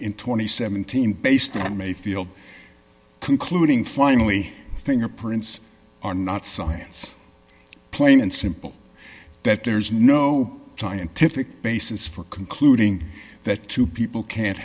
and seventeen based on mayfield concluding finally fingerprints are not science plain and simple that there is no scientific basis for concluding that two people can't